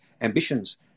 ambitions